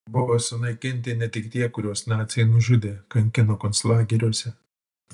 buvo sunaikinti ne tik tie kuriuos naciai nužudė kankino konclageriuose